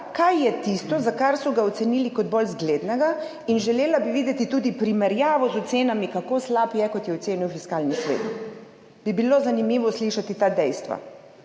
kaj je tisto, zaradi česar so ga ocenili kot bolj zglednega, in želela bi videti tudi primerjavo z ocenami, kako slab je, kot je ocenil Fiskalni svet. Bi bilo zanimivo slišati ta dejstva.